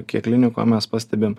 kiek klinikoj mes pastebim